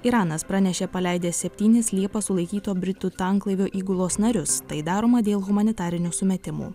iranas pranešė paleidęs septynis liepą sulaikyto britų tanklaivio įgulos narius tai daroma dėl humanitarinių sumetimų